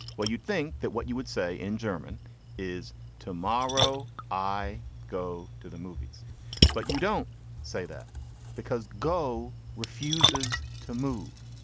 well you'd think that what you would say in german is tomorrow i go to the movies but you don't say that because go refuses to move.